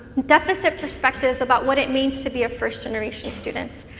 deficit perspectives about what it means to be a first generation student.